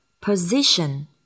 Position